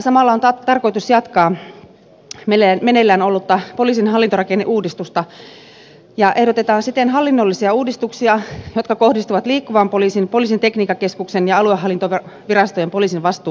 samalla on tarkoitus jatkaa meneillään ollutta poliisin hallintorakenneuudistusta ja ehdotetaan siten hallinnollisia uudistuksia jotka kohdistuvat liikkuvan poliisin poliisin tekniikkakeskuksen ja aluehallintovirastojen poliisin vastuualueisiin